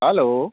hello